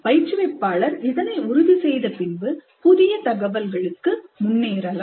பயிற்றுவிப்பாளர் இதனை உறுதி செய்த பின்பு புதிய தகவல்களுக்கு முன்னேறலாம்